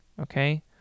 okay